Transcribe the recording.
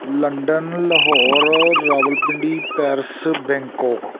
London Lahore Rawalpindi Paris Bangkok